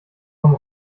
komm